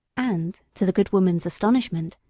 and, to the good woman's astonishment,